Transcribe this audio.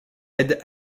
aides